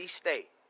state